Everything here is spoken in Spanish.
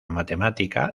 matemática